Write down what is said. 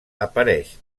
apareix